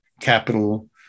capital